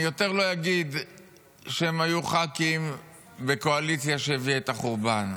אני יותר לא אגיד שהם היו ח"כים וקואליציה שהביאה את החורבן.